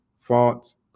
fonts